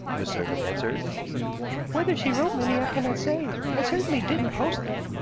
the servant answered whether she wrote many, i cannot say. i certainly didn't post them.